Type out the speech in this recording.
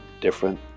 different